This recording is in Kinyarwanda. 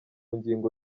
ngingo